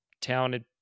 talented